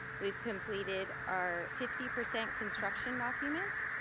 we've completed our fifty percent construction documents.